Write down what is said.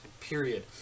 period